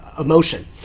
emotion